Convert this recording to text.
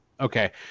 Okay